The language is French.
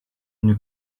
une